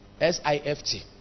S-I-F-T